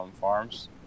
farms